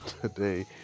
today